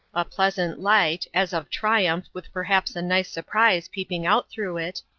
a pleasant light, as of triumph with perhaps a nice surprise peeping out through it,